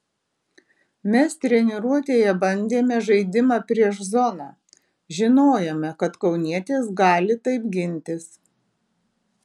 mes treniruotėje bandėme žaidimą prieš zoną žinojome kad kaunietės gali taip gintis